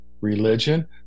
religion